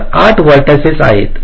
तर 8 व्हर्टिसिस आहेत